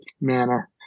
manner